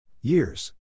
years